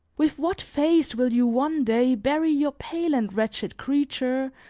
with what face will you one day bury your pale and wretched creature,